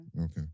Okay